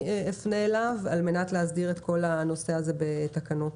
אפנה אליו על מנת להסדיר את כל הנושא הזה בתקנות.